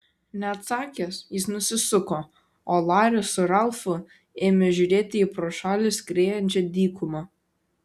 neatsakęs jis nusisuko o laris su ralfu ėmė žiūrėti į pro šalį skriejančią dykumą